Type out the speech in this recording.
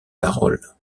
parole